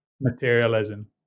materialism